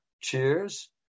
Cheers